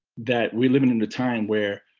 that we living in a time where